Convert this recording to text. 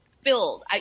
filled